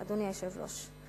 אדוני היושב-ראש.